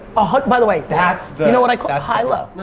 a hun, by the way, that's the you know what i call high-low?